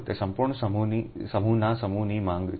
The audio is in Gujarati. તે સંપૂર્ણ સમૂહના સમૂહની માંગ છે